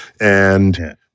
And-